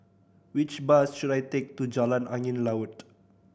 which bus should I take to Jalan Angin Laut